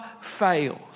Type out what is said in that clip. fails